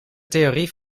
theorie